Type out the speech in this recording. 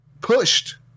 pushed